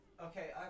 okay